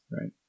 right